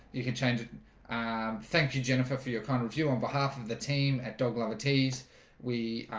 you can change it and um thank you jennifer for your kind review on behalf of the team at dog laverty's we